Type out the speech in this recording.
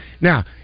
Now